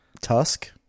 Tusk